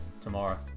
tomorrow